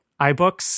iBooks